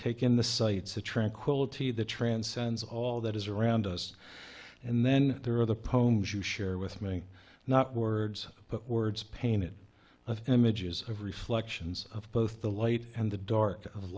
take in the sights the tranquility that transcends all that is around us and then there are the poems you share with me not words but words painted of images of reflections of both the light and the dark of